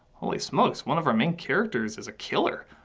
holy smokes. one of our main characters is a killer.